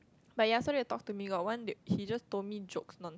but ya so they talk to me got one he just told me jokes non~